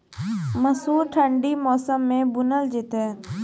मसूर ठंडी मौसम मे बूनल जेतै?